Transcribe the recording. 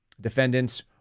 defendants